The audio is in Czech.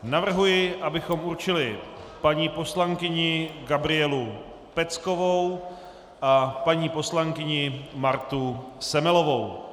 Navrhuji, abychom určili paní poslankyni Gabrielu Peckovou a paní poslankyni Martu Semelovou.